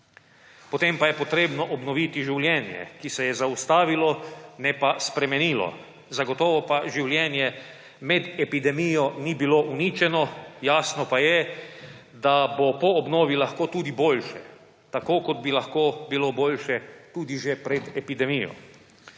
Potem pa je potrebno obnoviti življenje, ki se je zaustavilo, ne pa spremenilo. Zagotovo življenje med epidemijo ni bilo uničeno, jasno pa je, da bo po obnovi lahko tudi boljše, tako kot bi lahko bilo boljše tudi že pred epidemijo.